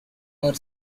are